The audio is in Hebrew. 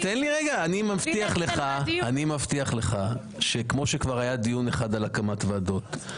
אני מבטיח לך שכמו שכבר היה דיון אחד על הקמת ועדות,